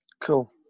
Cool